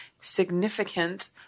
significant